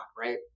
right